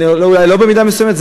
אולי לא במידה מסוימת,